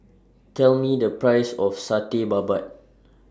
Tell Me The Price of Satay Babat